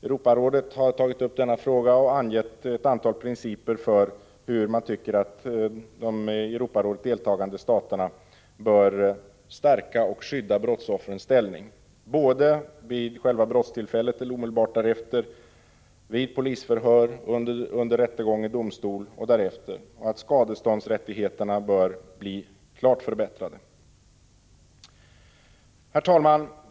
Europarådet har tagit upp denna fråga och angett ett antal principer för hur man tycker att de i Europarådet deltagande staterna bör stärka och skydda brottsoffrens ställning både vid själva brottstillfället eller omedelbart efter, vid polisförhör, under rättegång i domstol och därefter. Skadeståndsrättigheterna bör dessutom bli klart förbättrade. Herr talman!